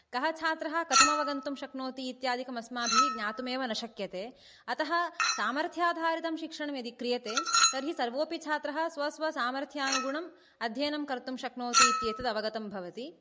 कः छात्रः कथम् अवगन्तुं शक्नोति इत्यादिकम् अस्माभिः ज्ञातुम् एव न शक्यते अतः सामर्थ्याधारितं शिक्षणं यदि क्रियते तर्हि सर्वोऽपि छात्रः स्व स्व सामर्थ्यानुगुणम् अध्ययनं कर्तुं शक्नोति इत्येतद् अवगतं भवति